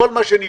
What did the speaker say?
כל מה שנבנה,